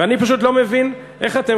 ואני פשוט לא מבין איך אתם,